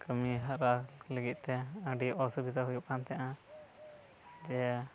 ᱠᱟᱹᱢᱤ ᱦᱚᱨᱟ ᱞᱟᱹᱜᱤᱫ ᱛᱮ ᱟᱹᱰᱤ ᱚᱥᱩᱵᱤᱫᱟ ᱦᱩᱭᱩᱜ ᱠᱟᱱ ᱛᱟᱦᱮᱸᱱᱟ ᱡᱮ